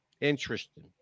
Interesting